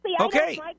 Okay